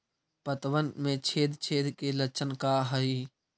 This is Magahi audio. पतबन में छेद छेद के लक्षण का हइ?